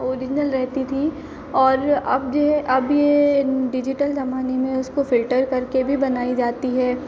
original रहती थीं और अब जो है अब यह डिजिटल ज़माने में उसको फ़िल्टर करके भी बनाई जाती है